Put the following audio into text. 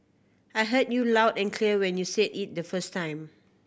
I heard you loud and clear when you said it the first time